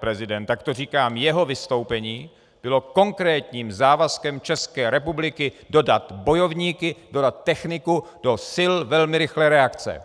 prezident napaden, tak říkám, jeho vystoupení bylo konkrétním závazkem České republiky dodat bojovníky, dodat techniku do sil velmi rychlé reakce.